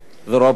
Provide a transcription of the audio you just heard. ורוברט גם.